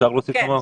שאלה מצוינת.